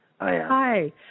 hi